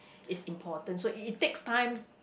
is important so it it takes time